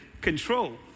control